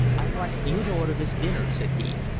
i want you to order this dinner, said he,